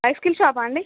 bicycle షాపా అండి